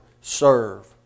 serve